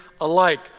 alike